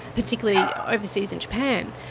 particularly overseas in japan.